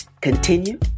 continue